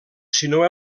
sinó